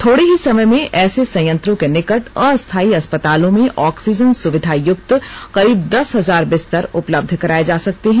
थोड़े ही समय में ऐसे संयंत्रों के निकट अस्थायी अस्पतालों में ऑक्सीजन सुविधा युक्त करीब दस हजार बिस्तर उपलब्ध कराए जा सकते हैं